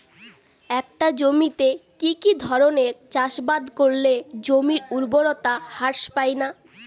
একটা জমিতে কি কি ধরনের চাষাবাদ করলে জমির উর্বরতা হ্রাস পায়না?